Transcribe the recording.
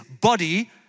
body